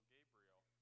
Gabriel